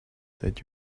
that